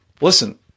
listen